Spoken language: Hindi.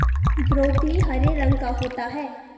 ब्रोकली हरे रंग का होता है